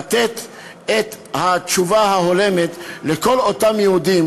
לתת את התשובה ההולמת לכל אותם יהודים